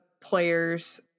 players